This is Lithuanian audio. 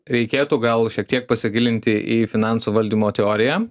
reikėtų gal šiek tiek pasigilinti į finansų valdymo teoriją